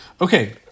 Okay